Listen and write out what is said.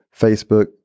Facebook